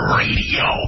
radio